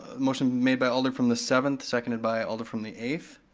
motion made by alder from the seventh, seconded by alder from the eighth,